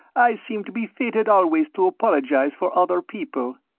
i seem to be fated always to apologize for other people.